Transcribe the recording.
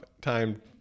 time